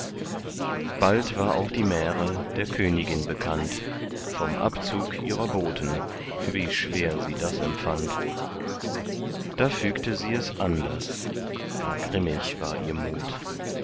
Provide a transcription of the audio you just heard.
bald ward auch die märe der königin bekannt vom abzug ihrer boten wie schwer sie das empfand da fügte sie es anders gar grimmig war ihr mut